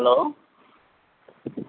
hello